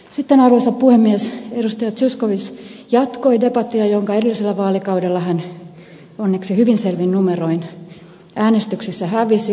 sitten arvoisa puhemies edustaja zyskowicz jatkoi debattia jonka edellisellä vaalikaudella hän onneksi hyvin selvin numeroin äänestyksessä hävisi